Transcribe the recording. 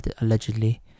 allegedly